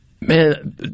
man